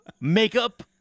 Makeup